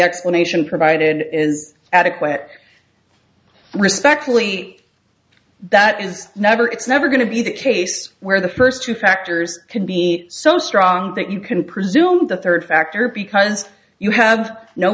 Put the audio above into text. explanation provided is adequate respectfully that is never it's never going to be the case where the first two factors can be so strong that you can presume the third factor because you have no